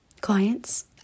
Clients